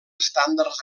estàndards